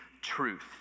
truth